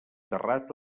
terrat